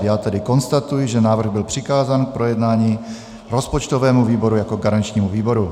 Já tedy konstatuji, že návrh byl přikázán k projednání rozpočtovému výboru jako garančnímu výboru.